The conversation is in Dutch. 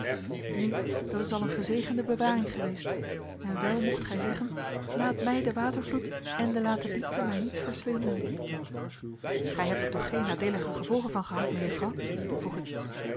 nu dat is al een gezegende bewaring geweest en wel mocht gij zeggen laet mij de watervloet ende laet de diepte mij niet verslinden gij hebt er toch geen nadeelige gevolgen van gehad mejuffrouw vroeg ik